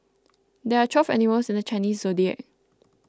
there are twelve animals in the Chinese zodiac